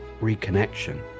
reconnection